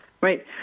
Right